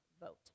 vote